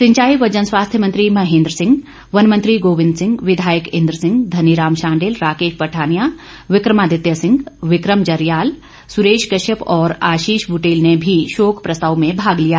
सिंचाई व जनस्वास्थ्य मंत्री महेंद्र सिंह वन मंत्री गोविंद सिंह विधायक इंद्र सिंह धनीराम शांडिल राकेश पठानिया विक्रमादित्य सिंह विक्रम जरियाल सुरेश कश्यप और आशीष बुटेल ने भी शोक प्रस्ताव में भाग लिया